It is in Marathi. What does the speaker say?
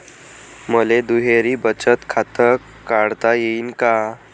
मले दुहेरी बचत खातं काढता येईन का?